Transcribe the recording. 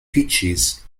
peaches